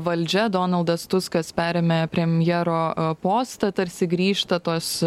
valdžia donaldas tuskas perėmė premjero a postą tarsi grįžta tos